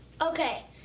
Okay